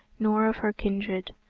nor of her kindred,